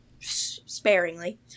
sparingly